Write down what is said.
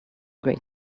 great